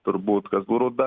turbūt kazlų rūda